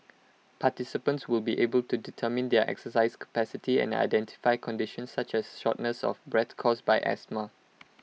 participants will be able to determine their exercise capacity and identify conditions such as shortness of breath caused by asthma